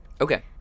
Okay